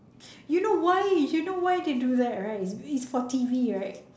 you know why you know why they do that right it it's for T_V right